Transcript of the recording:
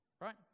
Right